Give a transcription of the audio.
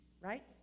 Right